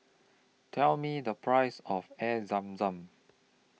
Tell Me The Price of Air Zam Zam